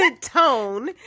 tone